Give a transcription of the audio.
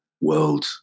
world